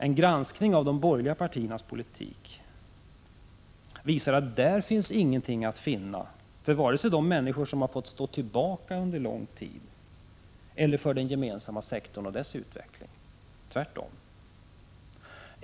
En granskning av de borgerliga partiernas politik visar att där finns ingenting att finna för vare sig de människor som fått stå tillbaka under lång tid eller för den gemensamma sektorn och dess utveckling. Tvärtom!